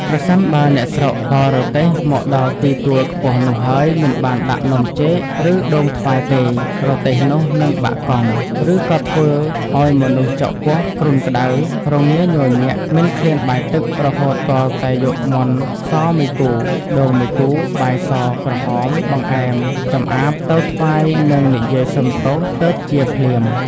ប្រសិនបើអ្នកស្រុកបររទេះមកដល់ទីទួលខ្ពស់នោះហើយមិនបានដាក់នំចេក ឬដូងថ្វាយទេ រទេះនោះនឹងបាក់កង់ ឬក៏ធ្វើឲ្យមនុស្សចុកពោះ គ្រុនក្ដៅ រងាញ័រញាក់ មិនឃ្លានបាយទឹក រហូតទាល់តែយកមាន់សមួយគូ ដូងមួយគូ បាយស-ក្រហម បង្អែម ចំអាម ទៅថ្វាយ និងនិយាយសុំទោស ទើបជាភ្លាម ។